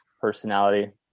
personality